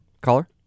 Caller